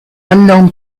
unknown